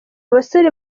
bose